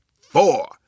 four